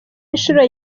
inshuro